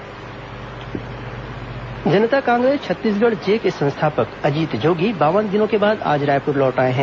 Ajit Jogi Raipur Janata Congress Chhattisgarh J के संस्थापक अजीत जोगी बावन दिनों के बाद आज रायपुर लौट आये है